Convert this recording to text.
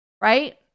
right